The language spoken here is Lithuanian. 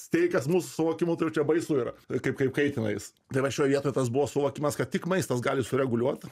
steikas mūsų suvokimu tai jaučia baisu yra kaip kaip keitina jis tai va šioj vietoj tas buvo suvokimas kad tik maistas gali sureguliuot